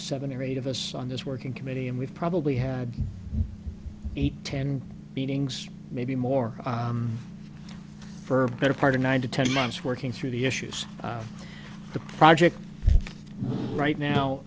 seven or eight of us on this working committee and we've probably had eight ten meetings maybe more for better part of nine to ten months working through the issues of the project right now